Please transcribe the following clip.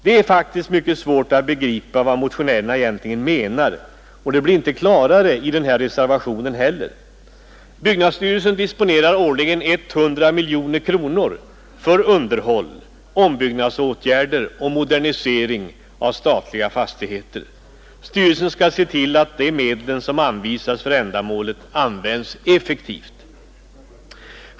Det är nästan omöjligt att begripa vad motionärerna menar, och läget blir inte heller klarare genom reservationen. Byggnadsstyrelsen disponerar årligen 100 miljoner kronor för underhåll, ombyggnadsåtgärder och modernisering av statsägda fastigheter. Byggnadsstyrelsen skall se till att de medel som anvisas för ändamålet används effektivt.